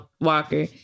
Walker